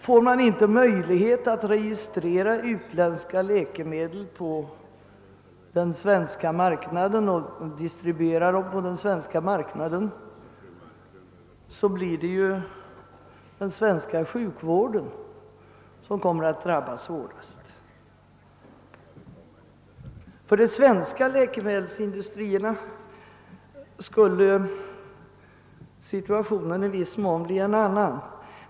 Får de inte registrera och distribuera utländska läkemedel på den svenska marknaden kommer den svenska sjukvården att drabbas hårdast. För de svenska läkemedelsindustrierna skulle situationen i viss mån bli en annan.